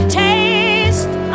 taste